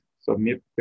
submit